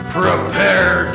prepare